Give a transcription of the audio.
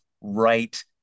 right